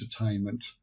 Entertainment